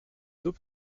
deux